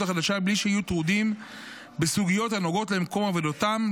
החדשה מבלי שיהיו טרודות בסוגיות הנוגעות למקום עבודתן.